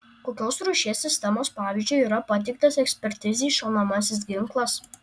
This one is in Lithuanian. kokios rūšies sistemos pavyzdžio yra pateiktas ekspertizei šaunamasis ginklas